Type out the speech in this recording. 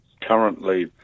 currently